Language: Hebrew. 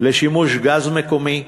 לשימוש גז מקומי,